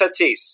Tatis